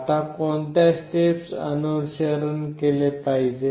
आता कोणत्या स्टेप्स अनुसरण केले पाहिजे